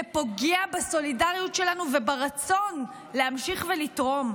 זה פוגע בסולידריות שלנו וברצון להמשיך ולתרום.